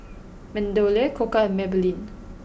MeadowLea Koka and Maybelline